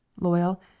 Loyal